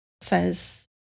says